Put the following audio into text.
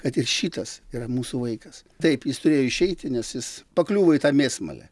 kad ir šitas yra mūsų vaikas taip jis turėjo išeiti nes jis pakliuvo į tą mėsmalę